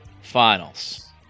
Finals